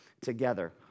together